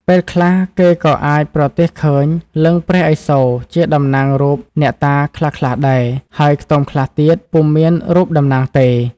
ពេលខ្លះគេក៏អាចប្រទះឃើញលិង្គព្រះឥសូរជាតំណាងរូបអ្នកតាខ្លះៗដែរ ហើយខ្ទមខ្លះទៀតពុំមានរូបតំណាងទេ។